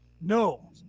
No